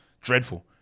Dreadful